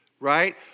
Right